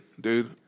Dude